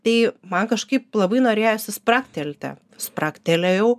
tai man kažkaip labai norėjosi spragtelti spragtelėjau